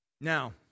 Now